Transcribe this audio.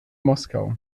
moskau